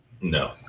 no